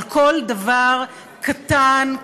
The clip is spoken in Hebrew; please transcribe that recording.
על כל דבר קטן,